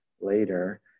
later